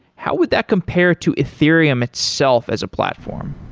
how would that compare to ethereum itself as a platform?